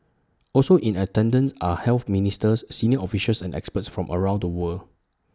also in attendance are health ministers senior officials and experts from around the world